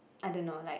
I don't know like